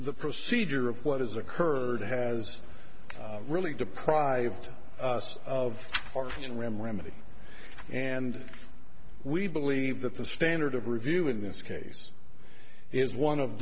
the procedure of what is occurred has really deprived us of our in ram remedy and we believe that the standard of review in this case is one of